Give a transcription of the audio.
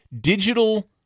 digital